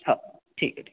हो ठीक आहे ठीक